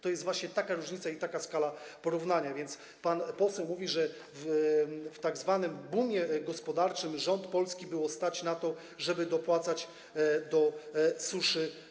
To jest właśnie taka różnica i taka skala porównania, więc pan poseł mówi, że w tzw. bumie gospodarczym rząd Polski było stać na to, żeby dopłacać do suszy.